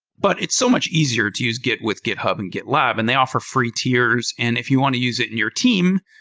but it's so much easier to use git with github and gitlab and they offer free tiers, and if you want to use it in your team,